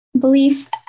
belief